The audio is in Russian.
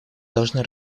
должны